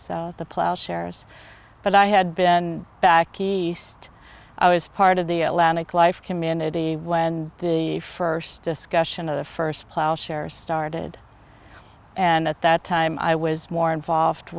so the plow shares but i had been back east i was part of the atlantic life community when the first discussion of the first plowshare started and at that time i was more involved